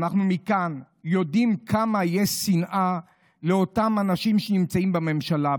אנחנו יודעים כמה שנאה יש לאותם אנשים שנמצאים בממשלה.